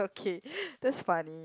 K that's funny